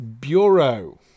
Bureau